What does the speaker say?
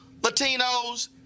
Latinos